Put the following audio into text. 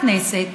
הכנסת,